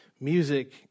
Music